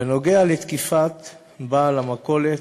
בנושא תקיפת בעל המכולת,